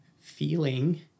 feeling